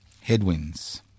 Headwinds